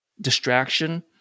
distraction